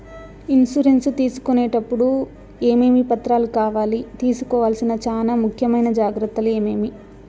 Insurance తీసుకునేటప్పుడు టప్పుడు ఏమేమి పత్రాలు కావాలి? తీసుకోవాల్సిన చానా ముఖ్యమైన జాగ్రత్తలు ఏమేమి?